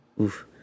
Oof